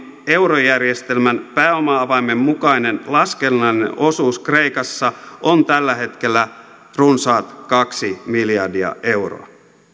eurojärjestelmän pääoma avaimen mukainen laskennallinen osuus kreikassa on tällä hetkellä runsaat kaksi miljardia euroa